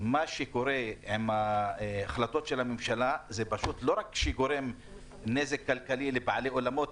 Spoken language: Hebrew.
מה שקורה עם החלטות הממשלה זה לא רק שגורם נזק כלכלי לבעלי אולמות,